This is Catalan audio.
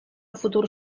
futur